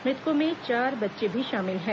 मुतकों में चार बच्चे भी शामिल हैं